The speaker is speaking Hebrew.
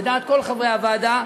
לדעת כל חברי הוועדה.